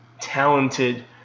talented